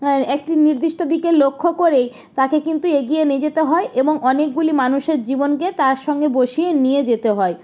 হ্যাঁ একটি নির্দিষ্ট দিকে লক্ষ্য করেই তাকে কিন্তু এগিয়ে নিয়ে যেতে হয় এবং অনেকগুলি মানুষের জীবনকে তার সঙ্গে বসিয়ে নিয়ে যেতে হয়